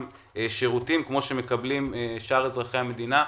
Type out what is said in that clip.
שירותים כפי שמקבלים שאר אזרחי המדינה,